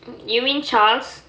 you mean charles